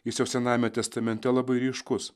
jis jau senajame testamente labai ryškus